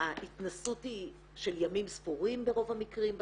וההתנסות היא של ימים ספורים ברוב המקרים בצבא.